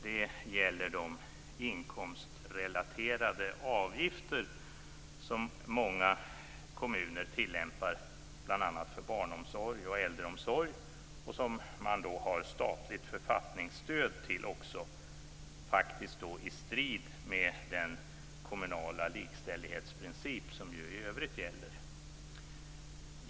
Det gäller de inkomstrelaterade avgifter som många kommuner tillämpar, bl.a. för barnomsorg och äldreomsorg, och som det finns statligt författningsstöd för - faktiskt i strid med den kommunala likställighetsprincip som i övrigt gäller.